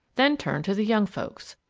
then turned to the young folks.